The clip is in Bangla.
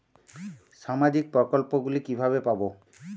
সামাজিক প্রকল্প গুলি কিভাবে পাব?